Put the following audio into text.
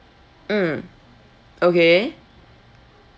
mm okay